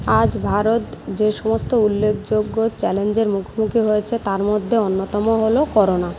আজ ভারত যে সমস্ত উল্লেখযোগ্য চ্যালেঞ্জের মুখোমুখি হয়েছে তার মধ্যে অন্যতম হলো করোনা